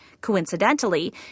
Coincidentally